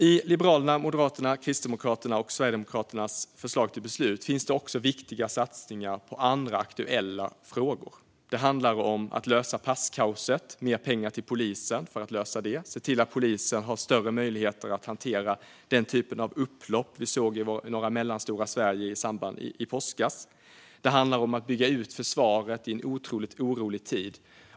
I Liberalernas, Moderaternas, Kristdemokraternas och Sverigedemokraternas förslag till beslut finns också viktiga satsningar på andra aktuella frågor. Det handlar om mer pengar till polisen för att lösa passkaoset och för att se till att polisen har större möjligheter att hantera den typen av upplopp vi såg i Mellansverige i påskas. Det handlar om att bygga ut försvaret i en otroligt orolig tid.